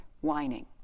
whining